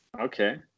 Okay